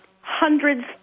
hundreds